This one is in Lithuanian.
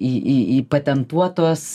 į į įpatentuotos